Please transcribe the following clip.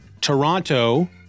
toronto